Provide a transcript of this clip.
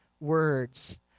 words